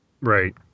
Right